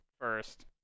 first